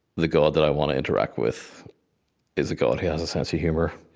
the god that i want to interact with is a god who has a sense of humor.